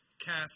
cast